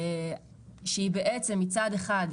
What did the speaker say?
שהיא בעצם מצד אחד,